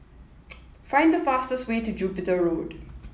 find the fastest way to Jupiter Road